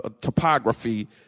topography